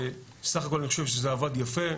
בסך הכל אני חושב שזה עבד יפה,